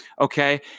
Okay